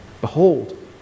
Behold